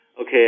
Okay